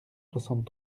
soixante